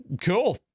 Cool